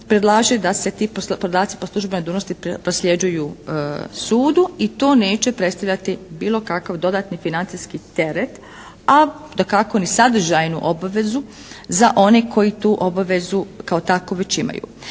da se ti podaci po službenoj dužnosti prosljeđuju sudu i to neće predstavljati bilo kakav dodatni financijski teret, a dakako ni sadržajnu obavezu za one koji tu obavezu kao takvu već imaju.